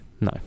No